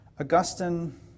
Augustine